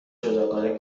جداگانه